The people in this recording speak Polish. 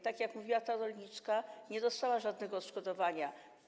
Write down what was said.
Tak jak mówiła ta rolniczka, ona nie dostała żadnego odszkodowania.